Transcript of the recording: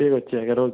ଠିକ୍ ଅଛି ଆଜ୍ଞା ରହୁଛି